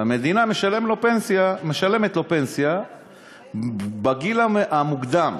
והמדינה משלמת לו פנסיה בגיל המוקדם.